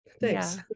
thanks